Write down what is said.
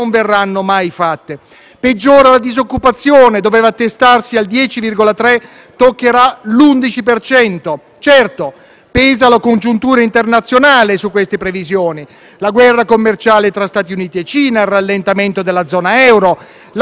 Peggiora la disoccupazione: doveva attestarsi al 10,3 per cento e toccherà l'11 per cento. Certo, pesa la congiuntura internazionale su queste previsioni, la guerra commerciale tra Stati Uniti e Cina, il rallentamento della zona euro, la frenata della Germania;